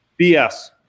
BS